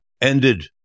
ended